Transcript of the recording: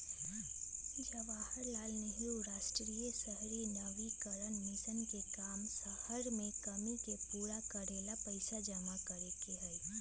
जवाहर लाल नेहरू राष्ट्रीय शहरी नवीकरण मिशन के काम शहर के कमी के पूरा करे ला पैसा जमा करे के हई